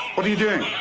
but are you doing?